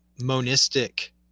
monistic